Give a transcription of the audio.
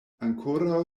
ankoraŭ